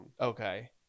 Okay